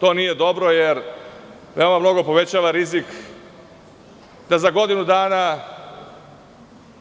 To nije dobro, jer mnogo povećava rizik da za godinu dana